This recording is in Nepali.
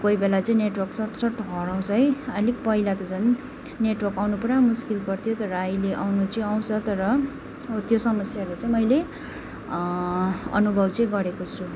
कोही बेला चाहिँ नेटवर्क सट सट हराउँछ है अलिक पहिला त झन् नेटवर्क आउनु पुरा मुस्किल पर्थ्यो तर अहिले आउनु चाहिँ आउँछ तर त्यो समस्याले चाहिँ मैले अनुभव चाहिँ गरेको छु